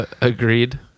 Agreed